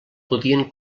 podien